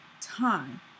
time